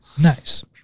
Nice